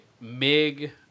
MIG